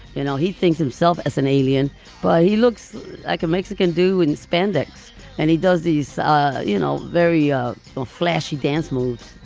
you know he thinks himself as an alien but he looks like a mexican do in spandex and he does these ah you know very um ah flashy dance moves.